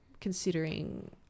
considering